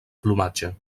plomatge